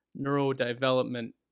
neurodevelopment